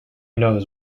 knows